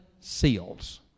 seals